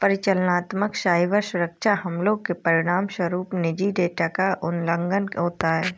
परिचालनात्मक साइबर सुरक्षा हमलों के परिणामस्वरूप निजी डेटा का उल्लंघन होता है